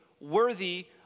worthy